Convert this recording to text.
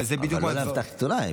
אבל לא מאבטחת עיתונאי.